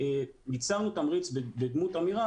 ייצרנו תמריץ בדמות אמירה,